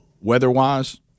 weather-wise